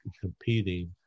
competing